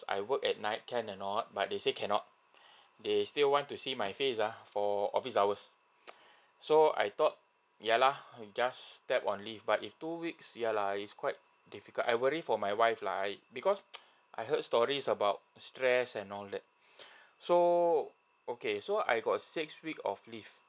I work at night can or not but they say cannot they still want to see my face uh for office hours so I thought yeah lah just tap on leave but if two weeks yeah lah it's quite difficult I worry for my wife lah I because I heard stories about stress and all that so okay so I got six week of leave